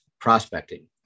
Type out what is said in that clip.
prospecting